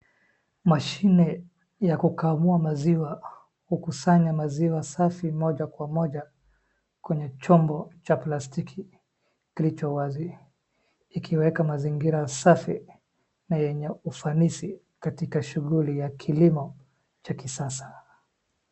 Mashine ya kukamua maziwa, kukusanya maziwa safi moja kwa moja kwenye chombo cha plastiki kilicho wazi, ikiweka mazingira safi na yenye ufanisi katika shughuli ya kilimo cha kisasa.